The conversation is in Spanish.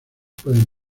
pueden